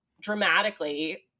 dramatically